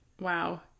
wow